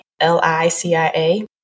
L-I-C-I-A